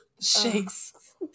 shakes